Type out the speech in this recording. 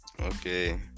Okay